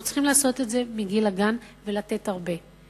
אנחנו צריכים לעשות זאת מגיל הגן ולתת הרבה.